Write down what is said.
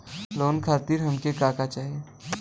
Loan खातीर हमके का का चाही?